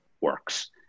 works